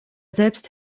selbst